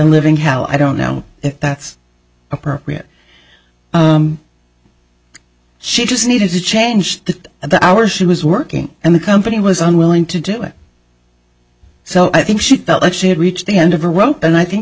hell i don't know if that's appropriate she just needed to change the of the hour she was working and the company was unwilling to do it so i think she felt like she had reached the end of a rope and i think